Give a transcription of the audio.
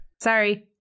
Sorry